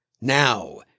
Now